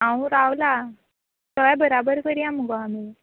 हांव रावलां दोगांय बाराबोर करया मगो आमी